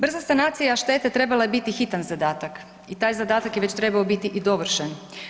Brza sanacija štete trebala je biti hitan zadatak i taj zadatak je već trebao biti i dovršen.